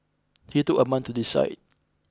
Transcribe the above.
he took a month to decide